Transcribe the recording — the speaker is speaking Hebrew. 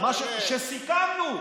כשסיכמנו,